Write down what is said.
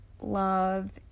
love